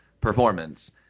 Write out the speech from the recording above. performance